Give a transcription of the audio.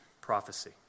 prophecy